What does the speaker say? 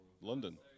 London